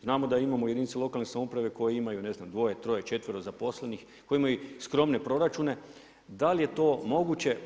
Znamo da imamo jedinice lokalne samouprave koje imaju ne znam, dvoje, troje, četvero zaposlenih, koje imaju skromne proračune, da li je to moguće?